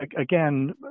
again